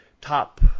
top